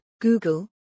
Google